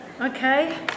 okay